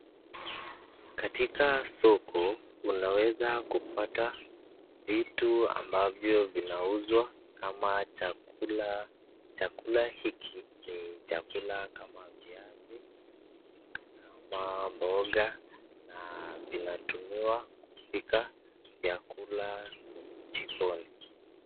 Katika soko unaweza kupata vitu ambavyo vinauzwa kama chakula . Chakula hiki ni chakula kama viazi kama mboga na vinatumiwa kupika vyakula jikoni .